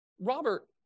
Robert